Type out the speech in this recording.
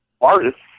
artists